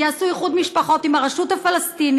יעשו איחוד משפחות עם הרשות הפלסטינית,